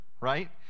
right